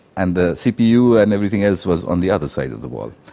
and the cpu and everything else was on the other side of the wall,